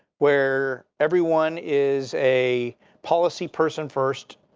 where everyone is a policy person first.